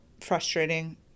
frustrating